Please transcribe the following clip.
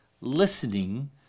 listening